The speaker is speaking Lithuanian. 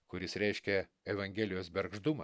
kuris reiškia evangelijos bergždumą